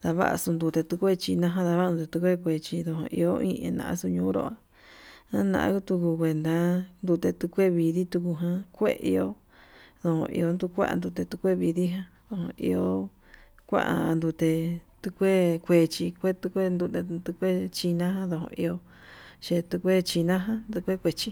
ndavaxu tukue tinaján, ndavaxu tu ku hi iho ndo hi naxuu ñunrua nana ngutu kuenta kute tuu kue vidi tuku jan kue iho ndon kue tuku tande kue vidi jan kue iho, kuan ndute tu kue kuechi tukue tinajan ndo iho xhekue chinajan tukue kuechi.